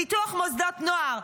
פיתוח מוסדות נוער,